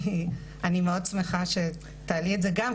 אני מאוד אשמח שתעלי את זה גם,